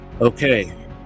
Okay